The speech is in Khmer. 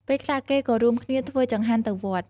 ពេលខ្លះ គេក៏រួមគ្នាធ្វើចង្ហាន់ទៅវត្ត។